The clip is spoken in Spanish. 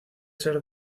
ser